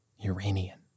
Uranian